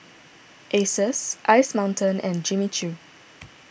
Asus Ice Mountain and Jimmy Choo